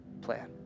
plan